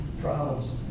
problems